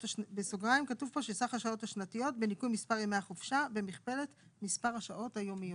השנתיות בניכוי מספר ימי החופשה במכפלת מספר השעות היומיות).